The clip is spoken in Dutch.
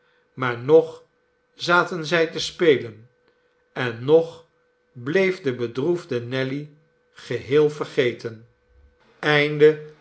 maar nog zaten zij te spelen en nog bleef de bedroefde nelly geheel vergeten